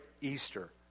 Easter